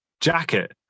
jacket